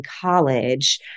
college